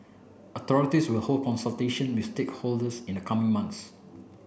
authorities will hold consultation with stakeholders in the coming months